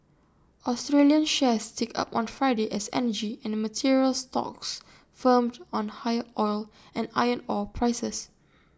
Australian shares ticked up on Friday as and materials stocks firmed on higher oil and iron ore prices